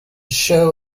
show